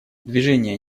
движение